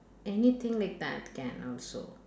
anything like that can also